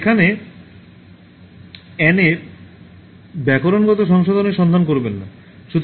এখন এখানে an এ ব্যাকরণগত সংশোধনের সন্ধান করবেন না